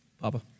Papa